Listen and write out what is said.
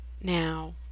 now